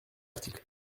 article